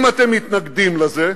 אם אתם מתנגדים לזה,